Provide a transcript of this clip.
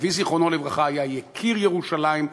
גם כי אבי זיכרונו לברכה היה "יקיר ירושלים",